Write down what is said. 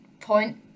point